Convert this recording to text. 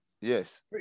yes